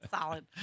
Solid